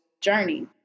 journey